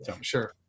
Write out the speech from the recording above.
sure